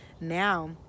now